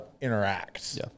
interact